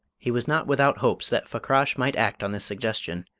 he was not without hopes that fakrash might act on this suggestion,